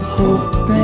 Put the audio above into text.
hope